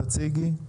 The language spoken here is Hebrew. תציגי את עצמך.